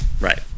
Right